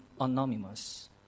anonymous